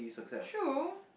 true